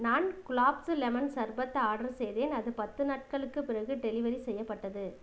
நான் குலாப்ஸு lemon sharbat order செய்தேன் அது பத்து நாட்களுக்குப் பிறகு டெலிவரி செய்யப்பட்டது